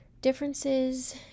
differences